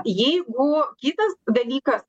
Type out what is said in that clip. jeigu kitas dalykas